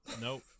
nope